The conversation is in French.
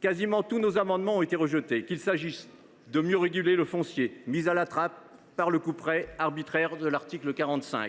Quasiment tous nos amendements ont été rejetés, qu’il s’agisse de mieux réguler le foncier – sujet mis à la trappe par le couperet arbitraire de l’article 45 de la